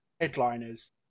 Headliners